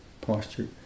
posture